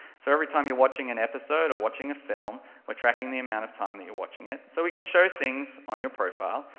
so every time you're watching an episode or watching a film, we're tracking the amount of time that you're watching it, so we can show things on your profile,